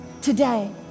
today